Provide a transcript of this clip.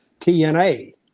TNA